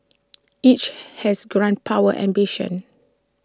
each has grand power ambitions